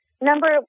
Number